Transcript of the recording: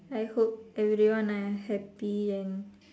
I hope everyone are happy and